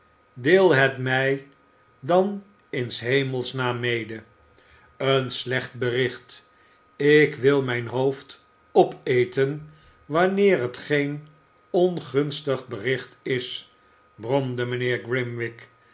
deel mij het dan in s hemels naam mede een slecht bericht ik wil mijn hoofd opeten wanneer het geen ongunstig bericht is bromde mijnheer grimwig